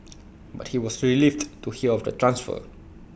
but he was relieved to hear of the transfer